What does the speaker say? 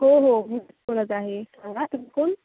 हो हो मीच बोलत आहे सांगा तुम्ही कोण